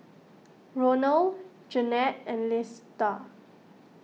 Ronal Jennette and Lesta